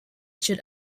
should